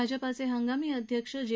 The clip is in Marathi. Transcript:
भाजपा हंगामी अध्यक्ष जे